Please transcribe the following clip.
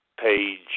page